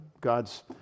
God's